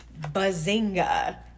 bazinga